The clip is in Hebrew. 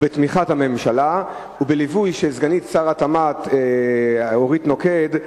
ובתמיכת הממשלה ובליווי של סגנית שר התמ"ת אורית נוקד,